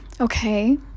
okay